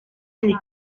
тэр